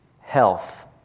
health